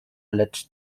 lecz